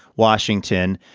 washington,